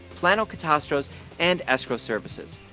plano catastros and escrow services.